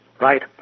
right